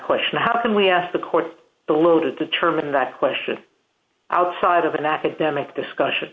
question how can we ask the court below to determine that question outside of an academic discussion